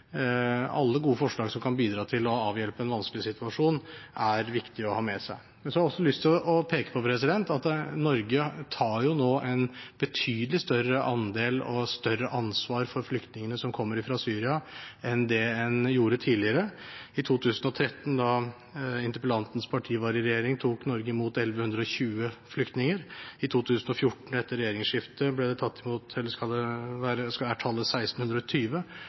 Alle gode forslag som kan bidra til å avhjelpe en vanskelig situasjon, er viktige å ha med seg. Men jeg har også lyst til å peke på at Norge nå tar en betydelig større andel av og et større ansvar for flyktningene som kommer fra Syria, enn det man gjorde tidligere. I 2013, da interpellantens parti var i regjering, tok Norge imot 1 120 flyktninger. I 2014, etter regjeringsskiftet, var tallet 1 620. I budsjettet for 2015 er det vedtatt at vi skal